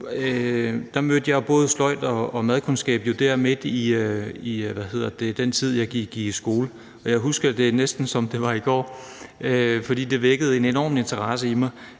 mødte jeg jo både sløjd og madkundskab, og jeg husker det næsten, som det var i går, fordi det vækkede en enorm interesse i mig,